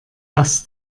das